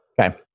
Okay